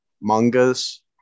mangas